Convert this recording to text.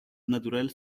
natural